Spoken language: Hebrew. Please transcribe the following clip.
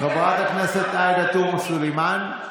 חברת הכנסת עאידה תומא סלימאן,